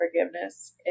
forgiveness